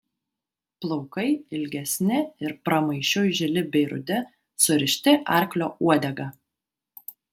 plaukai ilgesni ir pramaišiui žili bei rudi surišti arklio uodega